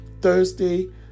Thursday